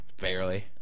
Barely